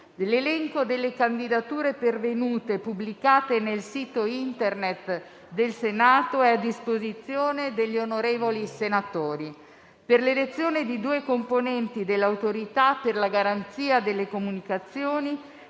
L'elenco delle candidature pervenute, pubblicate nel sito Internet del Senato, è a disposizione degli onorevoli senatori. Per l'elezione di due componenti dell'Autorità per le garanzie nelle comunicazioni,